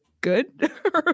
good